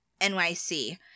NYC